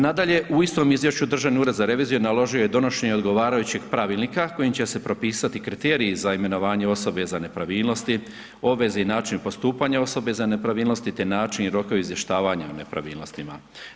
Nadalje, u istom izvješću Državni ured za reviziju naložio je donošenje odgovarajućeg pravilnika, kojim će se propisati kriteriji za imenovanje osobe za nepravilnosti, obveze i način postupanja osobe za nepravilnosti te način i rokovi izvještavanja o nepravilnostima.